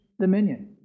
dominion